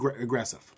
aggressive